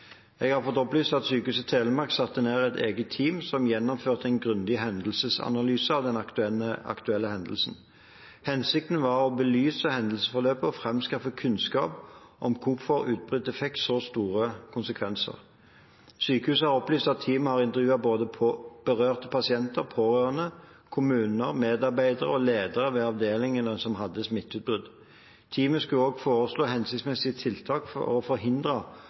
Jeg har fått opplyst at Sykehuset Telemark satte ned et eget team som gjennomførte en grundig hendelsesanalyse av den aktuelle hendelsen. Hensikten var å belyse hendelsesforløpet og framskaffe kunnskap om hvorfor utbruddet fikk så store konsekvenser. Sykehuset har opplyst at teamet har intervjuet både berørte pasienter, pårørende, kommuner, medarbeidere og ledere ved avdelingene som hadde smitteutbrudd. Teamet skulle også foreslå hensiktsmessige tiltak for å forhindre